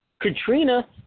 Katrina